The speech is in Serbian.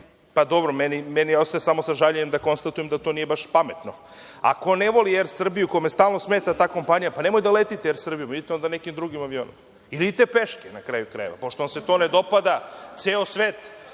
dobro, meni ostaje samo sa žaljenjem da konstatujem da to baš nije pametno. Ko ne voli „Er Srbiju“, kome stalno smeta ta kompanije, nemojte da letite „Er Srbijom“, idite nekim drugim avionom ili idite peške, na kraju krajeva, pošto vam se to ne dopada. Ceo svet